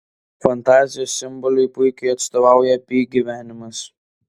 fantazijos simboliui puikiai atstovauja pi gyvenimas